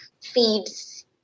feeds